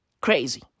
Crazy